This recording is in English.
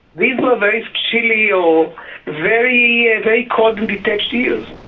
these were very chilly or very ah very cold and detached years.